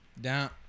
Down